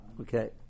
Okay